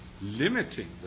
limiting